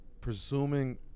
presuming